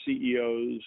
CEOs